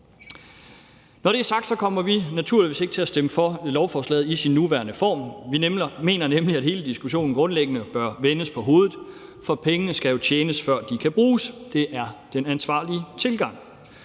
Når det er sagt, kommer vi naturligvis ikke til at stemme for lovforslaget i sin nuværende form; vi mener nemlig, at hele diskussionen grundlæggende bør vendes på hovedet, for pengene skal jo tjenes, før de kan bruges. Det er den ansvarlige tilgang.